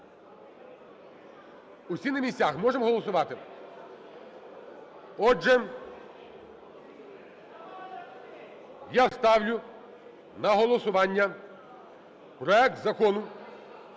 Усі на місцях? Можемо голосувати? Отже, я ставлю на голосування проект Закону